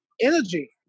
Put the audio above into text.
energy